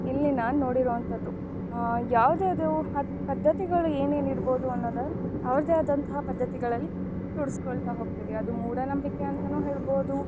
ಇಲ್ಲಿ ನಾನು ನೋಡಿರುವಂಥದ್ದು ಯಾವ್ದು ಯಾವುದೂ ಅದು ಪದ್ಧತಿಗಳು ಏನೇನು ಇರ್ಬೋದು ಅನ್ನೋದರ ಅವ್ರದ್ದೇ ಆದಂತಹ ಪದ್ದತಿಗಳಲ್ಲಿ ರೂಢ್ಸ್ಕೊಳ್ತಾ ಹೋಗ್ತೀವಿ ಅದು ಮೂಢನಂಬಿಕೆ ಅಂತಾನು ಹೇಳ್ಬೌದು